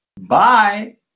Bye